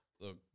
look